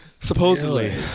Supposedly